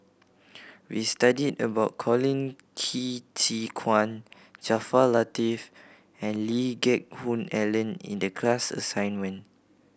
we studied about Colin Qi Zhe Quan Jaafar Latiff and Lee Geck Hoon Ellen in the class assignment